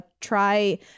try